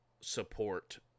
support